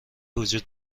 وجود